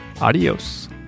adios